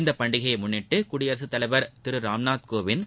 இப்பண்டிகையை முன்னிட்டு குடியரசுத் தலைவர் திரு ராம்நாத் கோவிந்த்